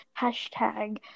hashtag